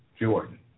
Jordan